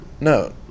No